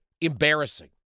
embarrassing